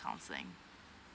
counselling